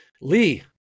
Lee